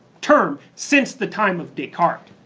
term since the time of descartes.